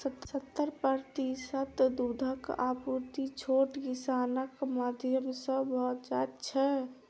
सत्तर प्रतिशत दूधक आपूर्ति छोट किसानक माध्यम सॅ भ जाइत छै